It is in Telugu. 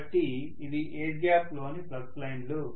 కాబట్టి ఇవి ఎయిర్ గ్యాప్లోని ఫ్లక్స్ లైన్లు